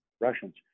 Russians